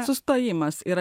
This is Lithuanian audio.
sustojimas ir